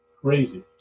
crazy